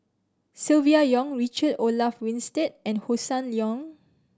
Silvia Yong Richard Olaf Winstedt and Hossan Leong